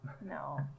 No